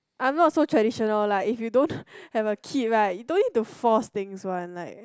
I'm not so traditional lah if you don't have a kid right you don't need to force things one like